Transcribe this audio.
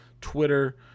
twitter